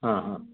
ಹಾಂ ಹಾಂ